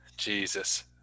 Jesus